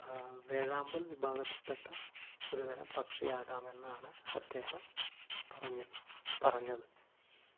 വേഴാമ്പൽ വിഭാഗത്തിൽപ്പെട്ട ഒരു തരം പക്ഷിയാകാമെന്നാണ് അദ്ദേഹം പറഞ്ഞത് പറഞ്ഞത്